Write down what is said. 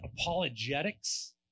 apologetics